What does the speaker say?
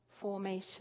formation